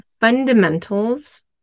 fundamentals